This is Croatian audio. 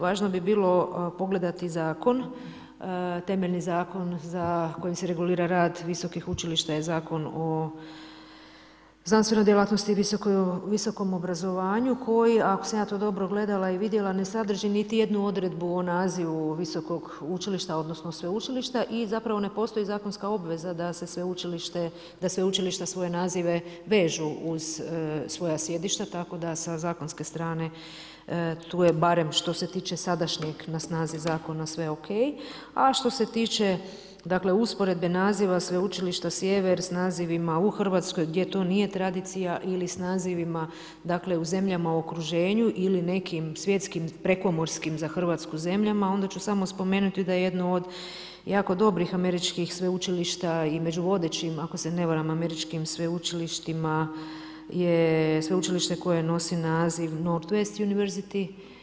Važno bi bilo pogledati zakon, temeljni zakon kojim se regulira visokih učilišta je Zakon o znanstvenoj djelatnosti i visokom obrazovanju koji ako sam ja to dobro gledala i vidjela, ne sadrži niti jednu odredbo o nazivu visokog učilišta odnosno sveučilišta i zapravo ne postoji zakonska obveza da sveučilište svoje nazive vežu uz svoja sjedišta tako da sa zakonske strane tu je barem što se tiče sadašnjeg na snazi zakona, sve ok a što se tiče usporedbe naziva Sveučilišta Sjever s nazivima u Hrvatskoj gdje to nije tradicija ili s nazivima u zemljama u okruženju ili nekim svjetskim prekomorskim za Hrvatsku zemljama, onda ću samo spomenuti da je jedno od jako dobro dobrih američkih sveučilišta i među vodećima ako se ne varam američkim sveučilištima je sveučilište koje nosi naziv Northwest University.